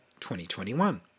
2021